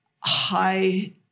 high